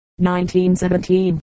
1917